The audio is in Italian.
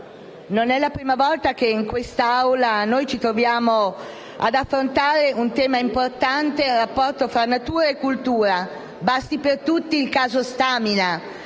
non è la prima volta che in questa Assemblea ci troviamo ad affrontare un tema importante, il rapporto tra natura e cultura. Basti per tutti il caso Stamina,